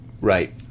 Right